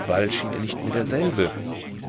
bald schien er nicht mehr derselbe